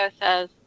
says